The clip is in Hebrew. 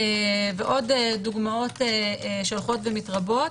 ועוד דוגמאות שהולכות ומתרבות.